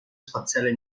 spaziale